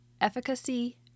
efficacy